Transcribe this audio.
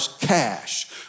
cash